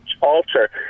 alter